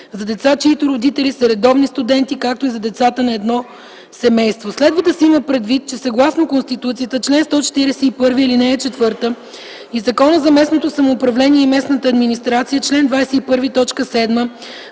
за деца, чиито родители са редовни студенти, както и за децата на едно семейство. Следва да се има предвид, че съгласно Конституцията – чл. 141, ал. 4, и Закона за местното самоуправление и местната администрация – чл. 21,